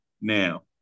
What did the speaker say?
now